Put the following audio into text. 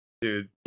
Dude